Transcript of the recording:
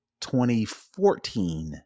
2014